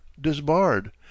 disbarred